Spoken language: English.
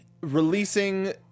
releasing